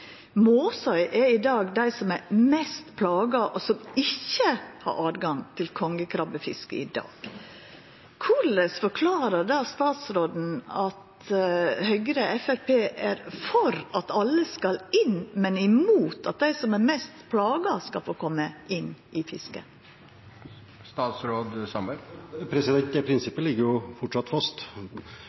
Måsøy er i dag dei som er mest plaga, og som ikkje har tilgang til kongekrabbefisket i dag. Korleis forklarar statsråden at Høgre og Framstegspartiet er for at alle skal inn, men er imot at dei som er mest plaga, skal få koma inn i fisket? Dette prinsippet ligger fortsatt fast,